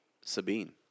Sabine